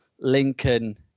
Lincoln